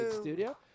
Studio